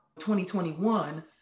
2021